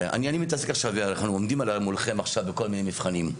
אנחנו עומדים מולכם עכשיו בכל מיני מבחנים,